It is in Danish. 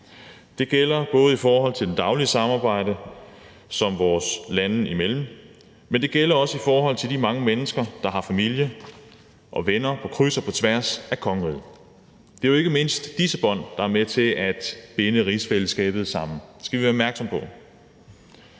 Det gælder både i forhold til det daglige samarbejde vores lande imellem, men det gælder også i forhold til de mange mennesker, der har familie og venner på kryds og tværs af kongeriget. Det er jo ikke mindst disse bånd, der er med til at binde rigsfællesskabet sammen – det skal vi være opmærksomme på.